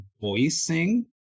voicing